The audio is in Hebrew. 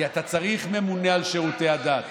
כי אתה צריך ממונה על שירותי הדת.